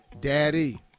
Daddy